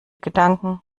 gedanken